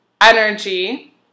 energy